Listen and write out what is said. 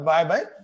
Bye-bye